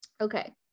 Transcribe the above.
Okay